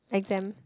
exam